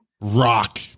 rock